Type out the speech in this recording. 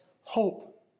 hope